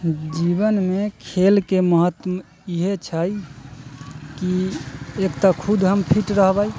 जीवनमे खेलके महत्व इहे छै की एक तऽ खुद हम फिट रहबै